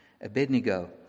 Abednego